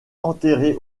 enterré